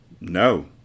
No